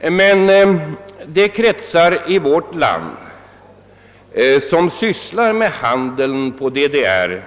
Men de kretsar i vårt land som sysslar med handeln på DDR